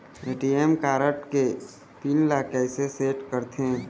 ATM card के PIN ला कैसे सेट करथे?